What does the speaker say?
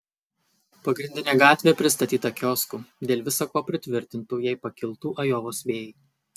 pagrindinė gatvė pristatyta kioskų dėl visa ko pritvirtintų jei pakiltų ajovos vėjai